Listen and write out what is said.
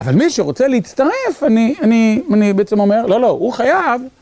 אבל מי שרוצה להצטרף, אני בעצם אומר, לא, לא, הוא חייב.